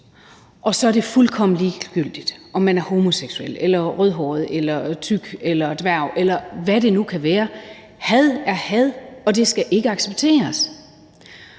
Og så er det fuldkommen ligegyldigt, om man er homoseksuel, rødhåret, tyk eller dværg, eller hvad det nu kan være. Had er had, og det skal ikke accepteres.